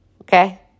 okay